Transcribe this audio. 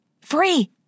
Free